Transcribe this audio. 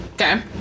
Okay